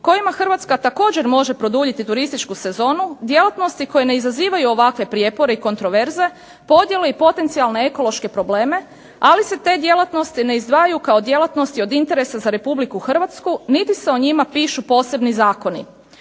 kojima Hrvatska također može produljiti turističku sezonu, djelatnosti koje ne izazivaju ovakve prijepore i kontroverze, podjele i potencijalne ekološke probleme, ali se te djelatnosti ne izdvajaju kao djelatnosti od interesa za Republiku Hrvatsku niti se o njima pišu posebni zakoni.